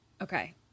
Okay